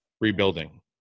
rebuilding